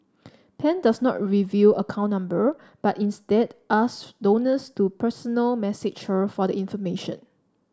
Pan does not reveal account number but instead ask donors to personal message her for the information